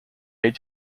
made